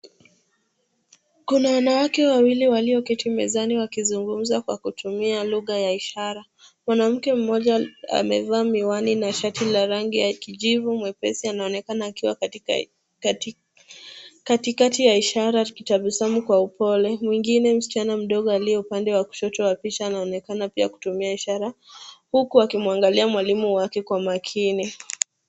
Kuna wanawake wawili walioketi mezani wakizungumza kwa kutumia lugha ya ishara. Mwanamke mmoja amevaa miwani na shati la rangi ya kijivu nyepesi anaonekana akiwa katikati ya ishara akitabasamu kwa upole. Mwingine, msichana mdogo aliye upande wa kushoto wa picha anaonekana pia kutumia ishara huku akimwangalia mwalimu wake kwa makini.